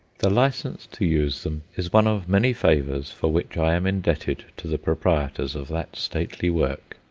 the licence to use them is one of many favours for which i am indebted to the proprietors of that stately work.